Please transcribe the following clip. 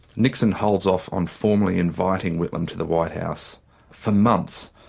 nixon holds off on formally inviting whitlam to the white house for months,